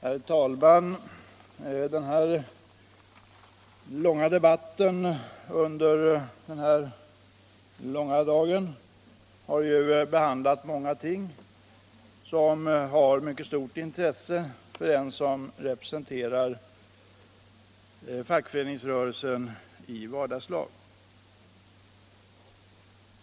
Herr talman! Den långa debatten under den här långa dagen har ju behandlat många ting som har mycket stort intresse för dem som representerar fackföreningsrörelsen i vardagslag.